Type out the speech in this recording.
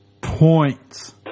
points